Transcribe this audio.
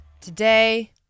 Today